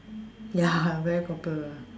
ya very popular